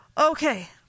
okay